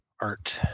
art